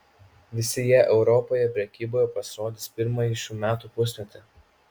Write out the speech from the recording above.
visi jie europoje prekyboje pasirodys pirmąjį šių metų pusmetį